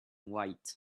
white